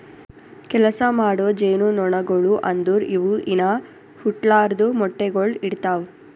ಕೆಲಸ ಮಾಡೋ ಜೇನುನೊಣಗೊಳು ಅಂದುರ್ ಇವು ಇನಾ ಹುಟ್ಲಾರ್ದು ಮೊಟ್ಟೆಗೊಳ್ ಇಡ್ತಾವ್